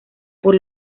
por